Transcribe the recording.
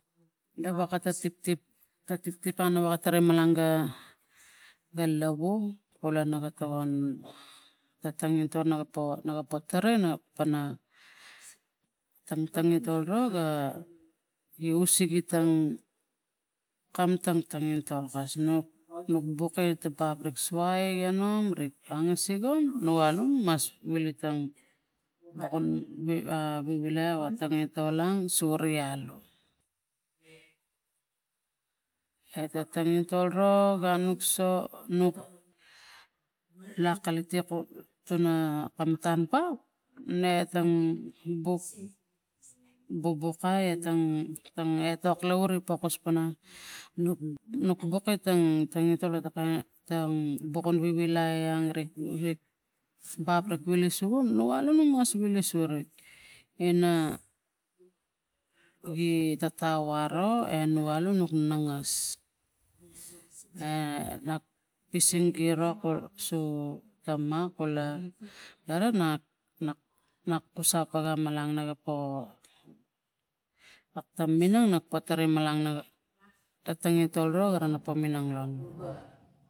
Ga vakata tiptip ga tip anu atari malang ga, ga lavu kula nuga tokon a tangintol nuga powak na ga potari tam tangintol ro ga gi usege tang kam tang tangitol kasno nuk buke ta buket suai ganong ri angasik ong nu alum mas vili tang lokon vivilai o tangintol ang sore alu eta tangintol ro ga so nuk lak alit ekuk pana kam matan pa ne tang buk bukai etang tang etok lovu rik pokos pana nuk nuk nuk buk itang tangintol lo ta kain bokon vivilaiang rikrik baprik vili sugung nuk alang nuk mas vili surik ina gi tatau aro e nuk ngangas e na pising giros su tamak kula gara na pusak paga malang na we po atang minang na patari malang tangitol ro ga po manang long.